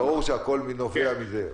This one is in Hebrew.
ברור שהכול נובע מזה.